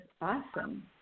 awesome